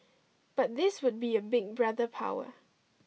but this would be a Big Brother power